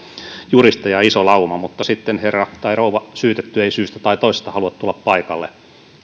juristeja iso lauma mutta sitten herra tai rouva syytetty ei syystä tai toisesta halua tulla paikalle